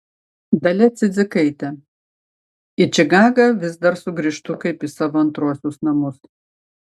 dalia cidzikaitė į čikagą vis dar sugrįžtu kaip į savo antruosius namus